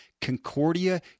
Concordia